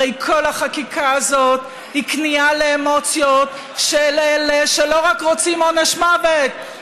הרי כל החקיקה הזאת היא כניעה לאמוציות של אלה שלא רק רוצים עונש מוות,